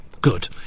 Good